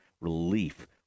relief